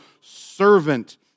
servant